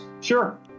sure